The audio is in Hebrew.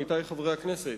עמיתי חברי הכנסת,